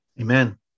Amen